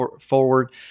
forward